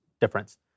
difference